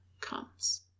comes